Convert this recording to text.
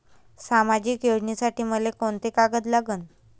सामाजिक योजनेसाठी मले कोंते कागद लागन?